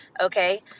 Okay